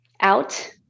out